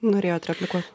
norėjot replikuo